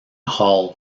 hall